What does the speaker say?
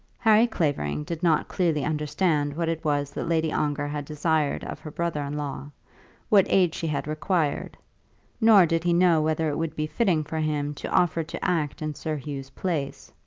harry clavering did not clearly understand what it was that lady ongar had desired of her brother-in-law what aid she had required nor did he know whether it would be fitting for him to offer to act in sir hugh's place.